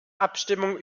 abstimmung